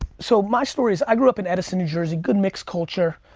so my story is i grew up in edison, new jersey. good mixed culture.